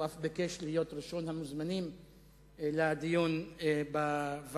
הוא אף ביקש להיות ראשון המוזמנים לדיון בוועדה.